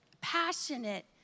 Passionate